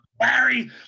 Larry